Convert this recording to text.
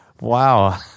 Wow